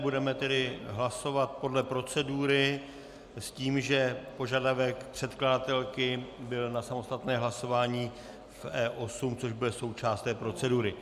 Budeme tedy hlasovat podle procedury s tím, že požadavek předkladatelky byl na samostatné hlasování v E8, což bude součást procedury.